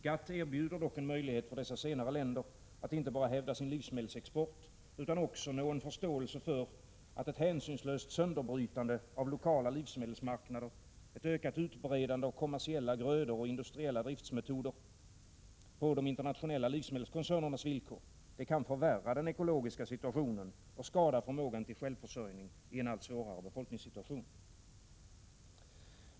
GATT erbjuder dock en möjlighet för dessa länder att inte bara hävda sin livsmedelsexport, utan också nå en förståelse för att ett hänsynslöst sönderbrytande av de lokala livsmedelsmarknaderna, en ökad utbredning av kommersiella grödor och industriella driftmetoder på de internationella livsmedelskoncernernas villkor kan förvärra den ekologiska situationen och skada förmågan till självförsörjning i en allt svårare befolkningssituation.